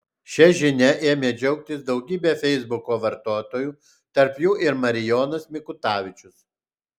šia žinia ėmė džiaugtis daugybė feisbuko vartotojų tarp jų ir marijonas mikutavičius